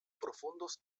profundos